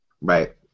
Right